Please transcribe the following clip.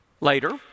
Later